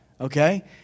okay